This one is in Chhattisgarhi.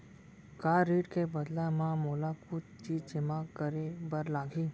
का ऋण के बदला म मोला कुछ चीज जेमा करे बर लागही?